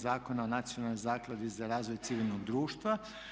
Zakona o nacionalnoj zakladi za razvoj civilnog društva.